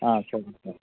ah thank you thank you